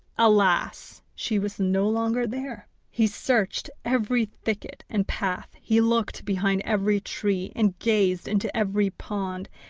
alas! she was no longer there. he searched every thicket and path, he looked behind every tree, and gazed into every pond,